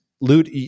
loot